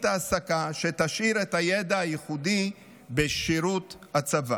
העסקה שתשאיר את הידע הייחודי בשירות הצבא.